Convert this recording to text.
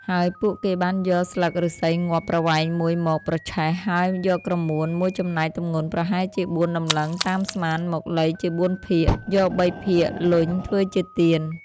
ហើយពួកគេបានយកស្លឹកឫស្សីងាប់ប្រវែងមួយមកប្រឆេះ ហើយយកក្រមួនមួយចំណែកទម្ងន់ប្រហែលជាបួនតម្លឹងតាមស្មានមកលៃជាបួនភាគ យកបីភាគលញ់ធ្វើជាទៀន។